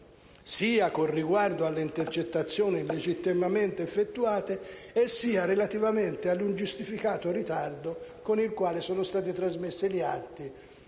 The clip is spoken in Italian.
«sia con riguardo alle intercettazioni illegittimamente effettuate sia relativamente all'ingiustificato ritardo con il quale sono stati trasmessi gli atti